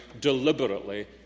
deliberately